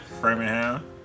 Framingham